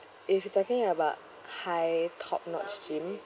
if you talking about high top notch gym